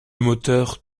moteur